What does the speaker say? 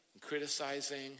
criticizing